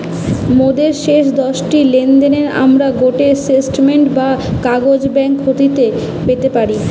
মোদের শেষ দশটি লেনদেনের আমরা গটে স্টেটমেন্ট বা কাগজ ব্যাঙ্ক হইতে পেতে পারি